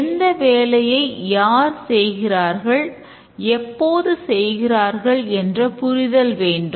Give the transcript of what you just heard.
எந்த வேலையை யார் செய்கிறார்கள் எப்போது செய்கிறார்கள் என்ற புரிதல் வேண்டும்